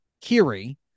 Kiri